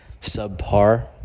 subpar